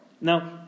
Now